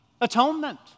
atonement